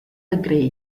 the